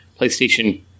PlayStation